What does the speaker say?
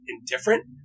indifferent